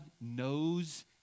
knows